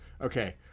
okay